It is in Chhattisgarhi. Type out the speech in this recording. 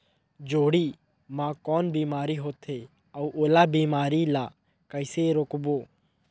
जोणी मा कौन बीमारी होथे अउ ओला बीमारी ला कइसे रोकबो?